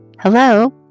Hello